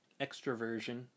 extroversion